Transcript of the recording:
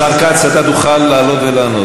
השר כץ, אתה תוכל לעלות ולענות.